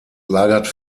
lagert